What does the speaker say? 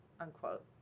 unquote